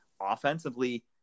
Offensively